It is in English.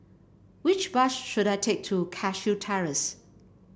which bus should I take to Cashew Terrace